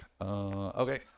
okay